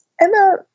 Emma